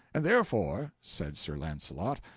and therefore, said sir launcelot,